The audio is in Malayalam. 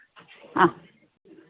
ആ